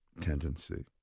tendency